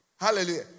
Hallelujah